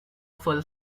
full